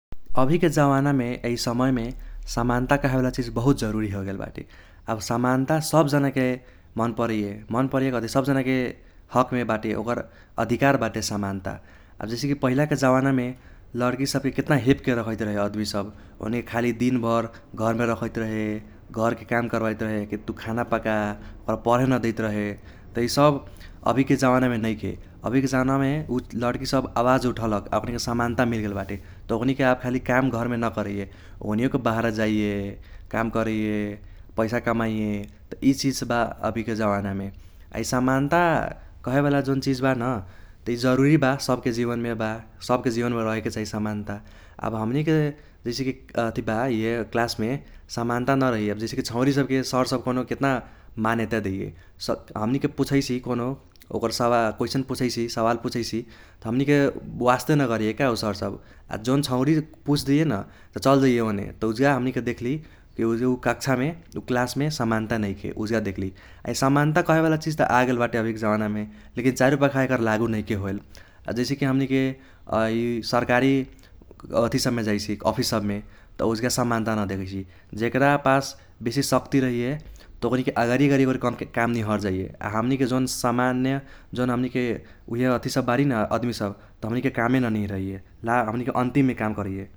अभिके जवानामे आ इ समयमे समानता कहेवाला चिज बहुत जरूरी होगेल बाटे। आब समानता सब जानाके मन परैये मन परैये कथी सब जानाके हकमे बाटे ओकर अधिकार बाटे समानता। आब जैसे कि पहिलाके जवानामे लड़की सबके केतना हेपके रखैत रहे अदमी सब। ओकनीके खाली दिनभर घरमे रखैत रहे घरके काम कार्बाइत रहे कि तु खाना पाका । आ पढे न देइत रहे त इसब अभीके जावानामे नैखे। अभिके जावानामे उ लड़की सब आवाज उठलक् आ ओकनीके समानता मिल्गेल बाटे । त ओकनीके आब खाली काम घरमे न करैये ओकनियोके बाहारा जाइये काम करैये पैसा कमाइये त इ चिज सब बा अभिके जावानामे। आ इ समानता कहेवाला जौन चिज बा न त इ जरूरी बा सबके जीवनमे बा सबके जीवनमे रहेके चाही समानता । आब हमनीके जैसे कि अथि बा इहे क्लासमे समानता न रहैये आब जैसे कि छौरी सबके सर सब कौनो केतना मान्यता देईये। हमनीके पूछैसि कौनो ओकर सवाल क्वेशन पूछैसि सवाल पूछैसि त हमनीके वास्ते न करैये का उ सर सब। आ जौन छौरी पूछ देईये न त चल जाइये ओने त उजगा हमनीके देख्ली कि उ कक्षामे उ क्लासमे समता नैखे उजगा देख्ली । आ इ समानता कहेवाला चिज त आगेल बाटे अभिके जावानामे लेकिन चारुपाखा एकर लागू नैखे होएल । आ जैसे कि हमनीके है सरकारी अथि सबमे जाईसी ऑफिस सबमे त उजगा समानता न देखैसि। जेकारा पास बेसी सक्ति रहैये त ओकनीके अगारि अगारि काम निहर जाइये। आ हमनीके जौन सामान्य जौन हमनीके उइहे अथि सब बारी न अदमी सब त हमनीके कामे न निहरैये हमनीके अन्तिममे काम करैये।